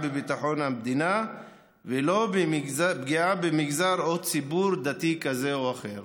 בביטחון המדינה ולא פגיעה במגזר או ציבור דתי כזה או אחר.